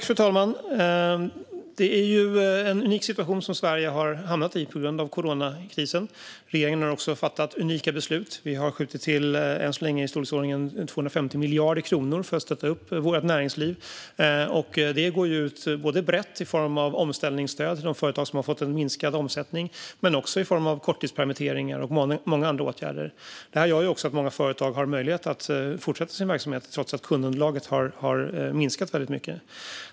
Fru talman! Det är en unik situation som Sverige har hamnat i på grund av coronakrisen. Regeringen har också fattat unika beslut. Vi har skjutit till, än så länge, i storleksordningen 250 miljarder kronor för att stötta vårt näringsliv. Det går ut brett i form av omställningsstöd till de företag som har fått en minskad omsättning, men det går också ut i form av korttidspermitteringar och många andra åtgärder. Det här gör att många företag har möjlighet att fortsätta sin verksamhet trots att kundunderlaget har minskat väldigt mycket.